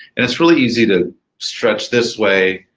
and it's really easy to stretch this way,